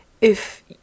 If